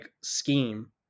scheme